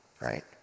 right